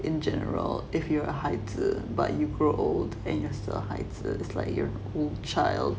in general if you're a 孩子 but you grow old and you are still a 孩子 it's like you're an old child